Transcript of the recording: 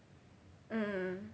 mmhmm